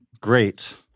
great